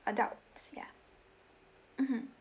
adults ya mmhmm